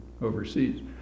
overseas